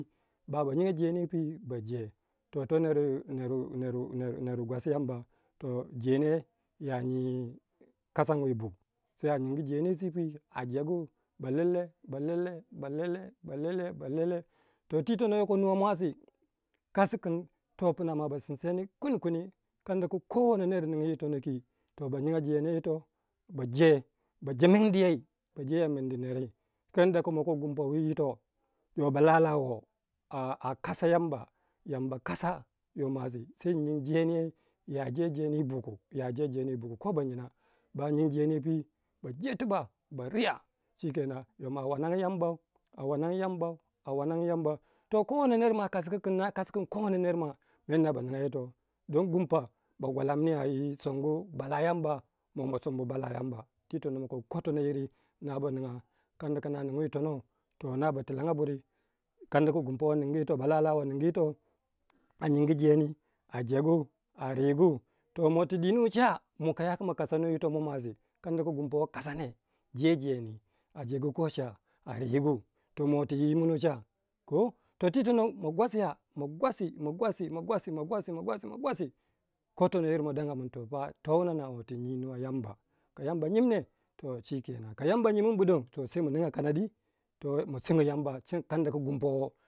Ba ba nyinga jendi yo pwi ba je, tote naru ner- ner- ner wu gwasi Yamba to jeni yei ya nyi kasangu yibu sai a nyingu ye jeni yo pwi balele balele balele balele balele to ti tono yoko nuwa mwasi kaskin toh pna mwa ba sinseni kunikuni kadda ku kowane neri ning yi tono kwi to ba nyinga jeni yo yito ba je ba je mindi yei ba jeya indi neri kadda ku makogu yito yo balala wo a kasa Yamba, yamba kasa yo mwasi sai nyin jeniyei ya jejeni yi buku, ya jejeni yi buku ko banyina, ba nyin jeni ye pwi baje tibak ba riya cikenan yo mwa a wanangu Yambau a wanangu Yambau a wanangu Yambau to ko wono ner kaski kina kaski ko ma meer na ba ninga yito don gumpa ba gwalamniya yi songu bala Yamba twi tono ma kogu ko tono yiri naba ninga kanda ku noning yi tonou, toh na ba tikanga buri kadda ku gumpa wo ningyi, yito wo balala wo ningyi, anyingu jeni a jegu a rigu to ti dino cha mo yaku ma kasano mwasi? kadda ku gumpa wo kasani jejeni, ajegu kocha a rigu, to mo tu yir muno cha, twi tono ma gwasi ma gwasi ma gwasi ma gwasi ma gwasi ma gwasi ko tono yiri towuna na ma danga ti nyi nu wa yir Yamba, ka Yamba nyim ne to shikenan ka Yamba nyimimbu ne don toh sai ma ninga kanadi ma sengo Yamba cika yadda ku gumpa wo.